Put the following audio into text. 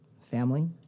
family